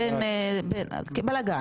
בלגן.